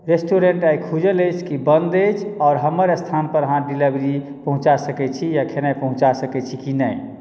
restaurant आइ खुजल अछि कि बन्द अछि आओर हमर स्थान पर आहाँ डिलीवरी पहुंचा सकै छी या खेनाइ पहुंचा सकै छी कि नहि